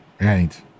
right